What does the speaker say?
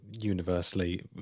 universally